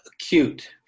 acute